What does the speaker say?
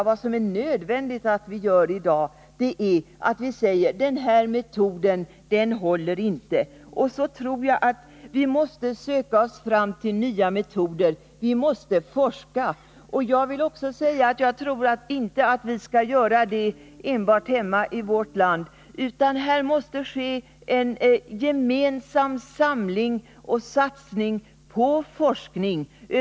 Vad som är nödvändigt i dag är att fastslå: Den här metoden håller inte. Vi måste söka oss fram till nya metoder, vi måste forska. Det skall inte göras enbart i vårt land, utan det måste över hela världen bli en gemensam satsning på forskning.